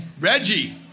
Reggie